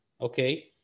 Okay